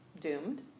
doomed